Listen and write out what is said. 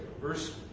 Verse